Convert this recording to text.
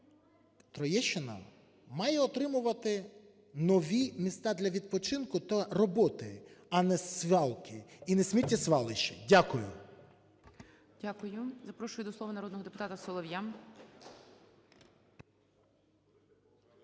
Троєщина має отримувати нові міста для відпочинку та роботи, а не свалки і не сміттєзвалища. Дякую. ГОЛОВУЮЧИЙ. Дякую. Запрошую до слова народного депутата Солов'я.